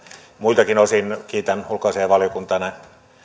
muiltakin osin kiitän ulkoasiainvaliokuntaa